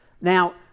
Now